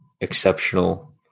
exceptional